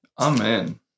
Amen